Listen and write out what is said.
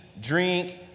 drink